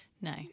No